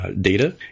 data